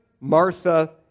Martha